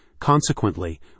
Consequently